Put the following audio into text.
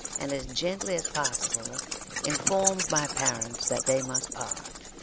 and as gently as possible informed my parents that they must part